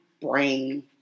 brain